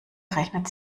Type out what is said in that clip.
rechnet